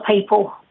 people